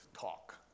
talk